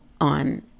on